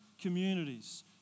communities